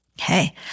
Okay